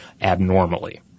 abnormally